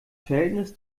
verhältnis